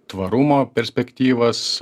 tvarumo perspektyvas